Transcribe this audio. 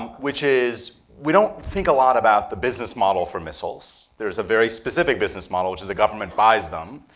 which is, we don't think a lot about the business model for missiles. there's a very specific business model, which is the government buys them,